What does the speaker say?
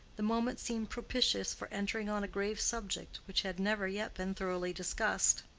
the moment seemed propitious for entering on a grave subject which had never yet been thoroughly discussed.